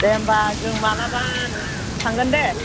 दे होमबा जों मालाबा थांगोनदे